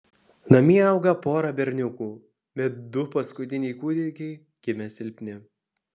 namie auga pora berniukų bet du paskutiniai kūdikiai gimė silpni